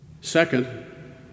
Second